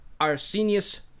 Arsenius